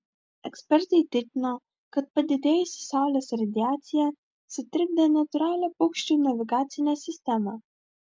ekspertai tikino kad padidėjusi saulės radiacija sutrikdė natūralią paukščių navigacinę sistemą